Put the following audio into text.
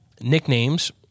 nicknames